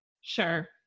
Sure